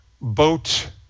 boat